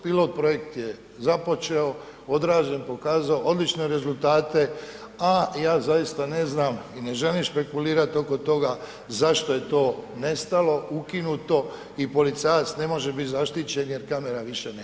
Pilot projekt je započeo, odrađen, pokazao odlične rezultate, a ja zaista ne znam i ne želim špekulirat oko toga zašto je to nestalo, ukinuto i policajac ne može biti zaštićen jer kamera više nema.